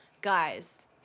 guys